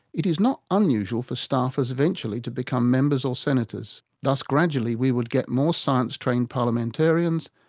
it is not unusual for staffers eventually to become members or senators. thus gradually we would get more science-trained parliamentarians,